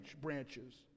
branches